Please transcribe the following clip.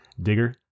digger